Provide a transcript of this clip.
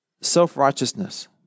self-righteousness